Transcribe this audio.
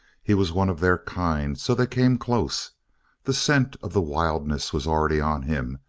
he was one of their kind, so they came close the scent of the wilderness was already on him,